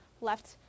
left